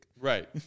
Right